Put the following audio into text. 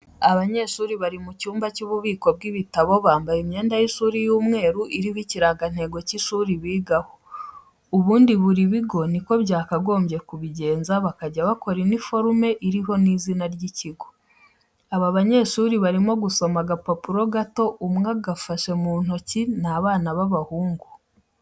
Abanyeshuri bari mucyumba cyububiko bwibitabo bambaye imyenda y,ishuri yumweru iriho ikirangantego cy'ishuri bigaho ubundi buribigo niko byakagombye kubigenza bakajya bakora iniforume iriho nizina ryikigo. aba banyeshuri barimo gudoma agapapuro gato umwe agafashe muntoki nabana babahungu.